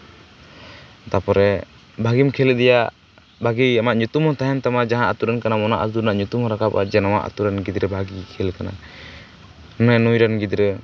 ᱛᱟᱯᱮᱨ ᱵᱷᱟᱜᱮᱢ ᱠᱷᱮᱞ ᱤᱫᱤᱭᱟ ᱵᱷᱟᱜᱮ ᱟᱢᱟᱜ ᱧᱩᱛᱩᱢ ᱦᱚᱸ ᱛᱟᱦᱮᱱ ᱛᱟᱢᱟ ᱡᱟᱦᱟᱸ ᱟᱛᱳ ᱨᱮᱱ ᱠᱟᱱᱟᱢ ᱚᱱᱟ ᱟᱛᱳ ᱨᱮᱱᱟᱜ ᱧᱩᱛᱩᱢ ᱦᱚᱸ ᱨᱟᱠᱟᱵᱼᱟ ᱡᱮ ᱱᱚᱣᱟ ᱟᱛᱳ ᱨᱮᱱ ᱜᱤᱫᱽᱨᱟᱹ ᱵᱷᱟᱜᱮᱭ ᱠᱷᱮᱞ ᱠᱟᱱᱟ ᱦᱮᱸ ᱱᱩᱭ ᱨᱮᱱ ᱜᱤᱫᱽᱨᱟᱹ